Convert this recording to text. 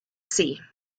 sea